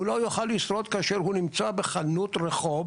הוא לא יוכל לשרוד כאשר הוא נמצא בחזית חנות רחוב,